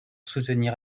soutenir